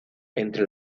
entre